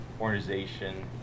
organization